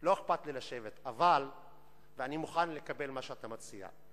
לא אכפת לי לשבת, אני מוכן לקבל מה שאתה מציע.